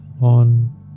on